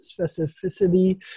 specificity